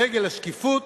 רגל השקיפות,